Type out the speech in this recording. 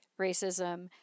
racism